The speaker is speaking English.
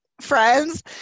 friends